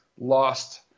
lost